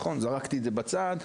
זרקתי את זה בצד,